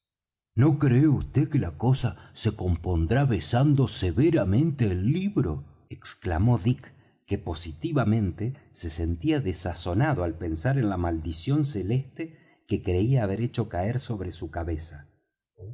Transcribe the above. no cree vd que la cosa se compondrá besando severamente el libro exclamó dick que positivamente se sentía desazonado al pensar en la maldición celeste que creía haber hecho caer sobre su cabeza